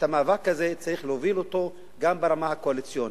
את המאבק הזה צריך להוביל גם ברמה הקואליציונית,